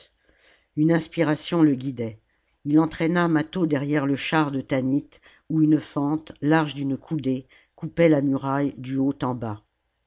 une inspiration le guidait ii entraîna mâtho derrière le char de tanit oili une fente large d'une coudée coupait la muraille du haut en bas